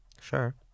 Sure